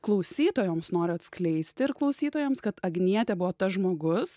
klausytojams noriu atskleisti ir klausytojoms kad agnietė buvo tas žmogus